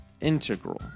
integral